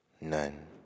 None